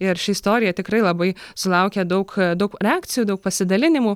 ir ši istorija tikrai labai sulaukė daug daug reakcijų daug pasidalinimų